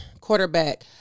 quarterback